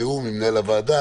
בתיאום עם מנהל הוועדה,